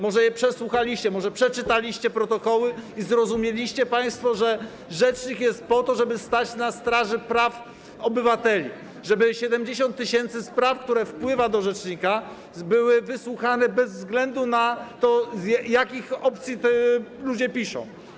Może je państwo przesłuchaliście, może przeczytaliście protokoły i zrozumieliście, że rzecznik jest po to, żeby stać na straży praw obywateli, żeby 70 tys. spraw, które wpływają do rzecznika, było wysłuchane bez względu na to, z jakich opcji ludzie o nich piszą.